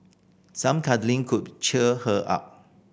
some cuddling could cheer her up